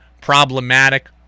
problematic